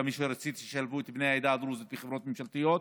כפי רציתי שכמה שיותר ישלבו את בני העדה הדרוזית בחברות ממשלתיות.